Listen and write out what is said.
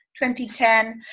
2010